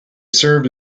served